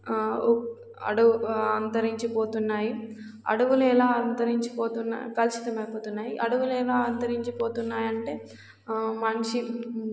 అడవు అంతరించిపోతున్నాయి అడవులు ఎలా అంతరించిపోతున్నా కలుషితంమయిపోతున్నాయి అడవులు ఎలా అంతరించిపోతున్నాయంటే మనిషి